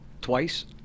twice